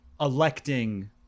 electing